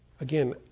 Again